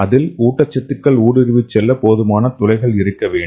அதில் ஊட்டச்சத்துக்கள் ஊடுருவிச் செல்ல போதுமான துளைகள் இருக்க வேண்டும்